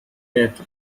death